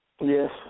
Yes